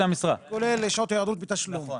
כולל שעות היעדרות בתשלום.